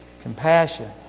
compassion